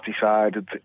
decided